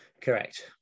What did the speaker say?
Correct